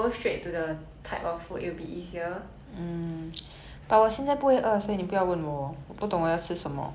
but everyday I ask you everyday you keep telling me oh 我不饿我不饿 so you need to like give me ideas